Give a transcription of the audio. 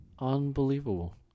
Unbelievable